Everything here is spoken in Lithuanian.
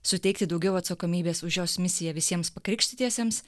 suteikti daugiau atsakomybės už jos misiją visiems pakrikštytiesiems